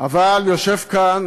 אבל יושב כאן